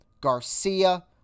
Garcia